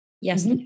Yes